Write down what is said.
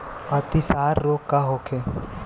अतिसार रोग का होखे?